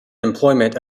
employment